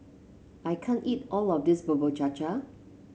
I can't eat all of this Bubur Cha Cha